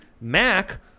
Mac